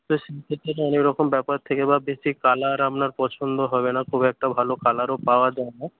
তো অনেক রকম ব্যাপার থেকে বা বেশি কালার আপনার পছন্দ হবে না খুব একটা ভালো কালারও পাওয়া যায় না